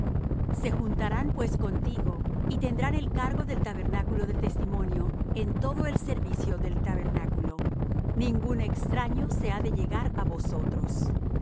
se juntarán pues contigo y tendrán el cargo del tabernáculo del testimonio en todo el servicio del tabernáculo ningún extraño se ha de llegar á vosotros